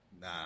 Nah